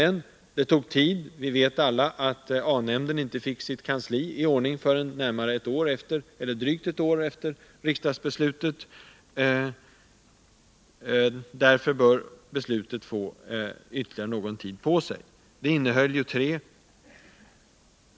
Genomförandet av åtgärderna har tagit tid — vi vet alla att exempelvis A-nämnden inte fick sitt kansli i ordning förrän drygt ett år efter riksdagsbeslutet — och därför bör utfallet av beslutet studeras ytterligare någon tid.